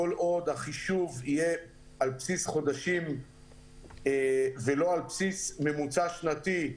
כל עוד החישוב יהיה על בסיס חודשים ולא על בסיס ממוצע שנתי,